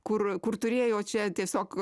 kur kur turėjo čia tiesiog